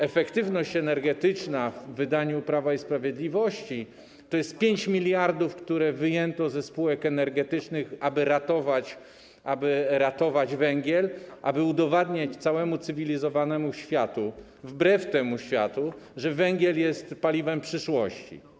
Efektywność energetyczna w wydaniu Prawa i Sprawiedliwości to jest 5 mld, które wyjęto ze spółek energetycznych, aby ratować węgiel, aby udowadniać całemu cywilizowanemu światu, wbrew temu światu, że węgiel jest paliwem przyszłości.